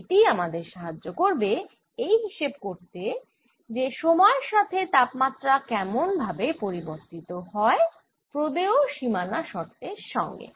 এটিই আমাদের সাহাজ্য করবে এই হিসেব করতে যে সময়ের সাথে তাপমাত্রা কেমন ভাবে পরিবর্তিত হয় প্রদেয় সীমানা শর্তের সঙ্গে